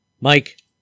Mike